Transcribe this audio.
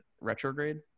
retrograde